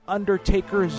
Undertaker